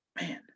man